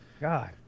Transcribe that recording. God